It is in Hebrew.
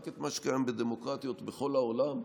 רק את מה שקיים בדמוקרטיות בכל העולם,